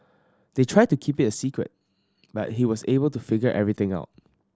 they tried to keep it a secret but he was able to figure everything out